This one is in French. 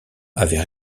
avait